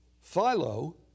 Philo